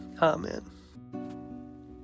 Amen